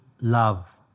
love